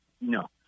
No